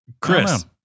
Chris